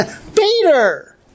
Peter